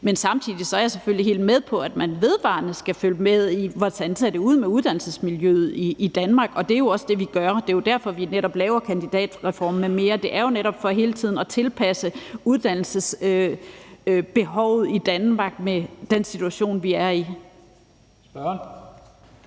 Men samtidig er jeg selvfølgelig helt med på, at man vedvarende skal følge med i, hvordan det ser ud med uddannelsesmiljøet i Danmark, og det er jo også det, vi gør. Det er netop derfor, vi laver kandidatreformen m.m. Det er jo netop for hele tiden at tilpasse uddannelsesbehovet i Danmark til den situation, vi er i.